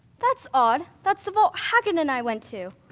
that's odd, that's the vault hagrid and i went to.